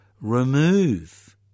remove